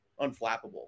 unflappable